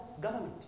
government